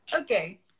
Okay